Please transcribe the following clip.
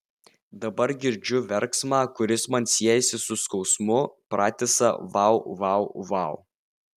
dabar girdžiu verksmą kuris man siejasi su skausmu pratisą vau vau vau